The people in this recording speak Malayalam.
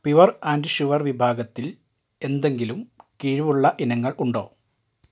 പ്യുർ ആൻഡ് ഷ്യൂർ വിഭാഗത്തിൽ എന്തെങ്കിലും കിഴിവുള്ള ഇനങ്ങൾ ഉണ്ടോ